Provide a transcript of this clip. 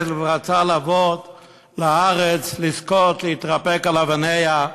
ורצה לבוא לארץ לזכות להתרפק על אבניה,